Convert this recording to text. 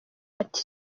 ati